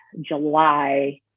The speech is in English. July